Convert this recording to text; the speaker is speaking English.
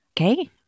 Okay